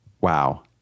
Wow